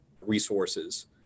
resources